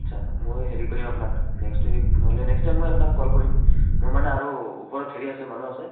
আচ্ছা মই হেৰি কৰিম আপোনাক নেক্সট ৱিক নহ'লে নেক্সট টাইম মই আপোনাক কল কৰিম মই মানে আৰু ওপৰত হেৰি আছে মানুহ আছে